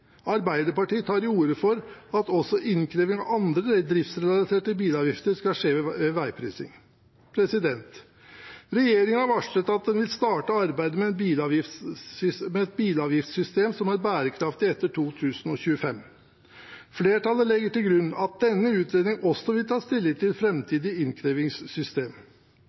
har varslet at den vil starte arbeidet med et bilavgiftssystem som er bærekraftig etter 2025. Flertallet legger til grunn at denne utredningen også vil ta stilling til framtidig innkrevingssystem.